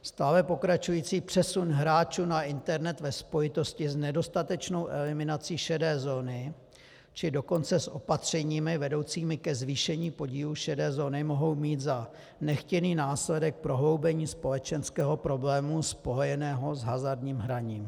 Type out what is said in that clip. Stále pokračující přesun hráčů na internet ve spojitosti s nedostatečnou eliminací šedé zóny, či dokonce s opatřeními vedoucími ke zvýšení podílu šedé zóny mohou mít za nechtěný následek prohloubení společenského problému spojeného s hazardním hraním.